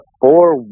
four